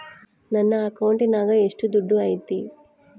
ನನ್ನ ಅಕೌಂಟಿನಾಗ ಎಷ್ಟು ದುಡ್ಡು ಐತಿ?